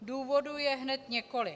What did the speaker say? Důvodů je hned několik.